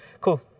Cool